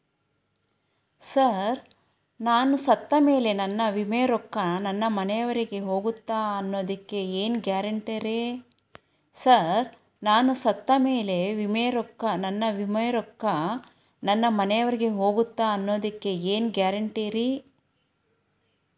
Sir ನಾನು ಸತ್ತಮೇಲೆ ನನ್ನ ವಿಮೆ ರೊಕ್ಕಾ ನನ್ನ ಮನೆಯವರಿಗಿ ಹೋಗುತ್ತಾ ಅನ್ನೊದಕ್ಕೆ ಏನ್ ಗ್ಯಾರಂಟಿ ರೇ?